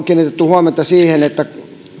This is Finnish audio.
huomiota siihen että